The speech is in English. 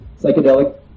psychedelic